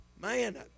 Man